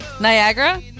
Niagara